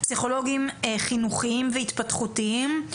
פסיכולוגים חינוכיים והתפתחותיים,